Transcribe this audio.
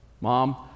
Mom